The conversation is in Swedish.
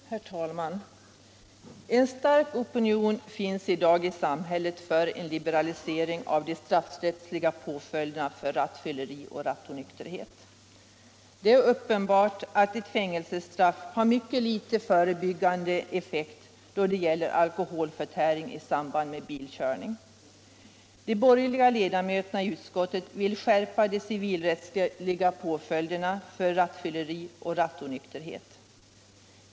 Herr talman! En stark opinion finns i dag i samhället för en liberalisering av de straffrättsliga påföljderna vid rattfylleri och rattonykterhet. Det är uppenbart att ett fängelsestraff har en mycket liten förebyggande effekt då det gäller alkoholförtäring i samband med bilkörning. De borgerliga ledamöterna i utskottet vill skärpa de civilrättsliga påföljderna för rattfylleri och rattonykterhet.